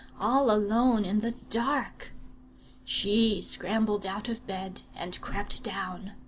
all alone in the dark she scrambled out of bed and crept down.